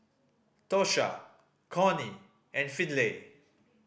Tosha Cornie and Finley